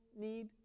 need